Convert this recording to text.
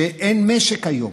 אין משק היום,